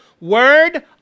word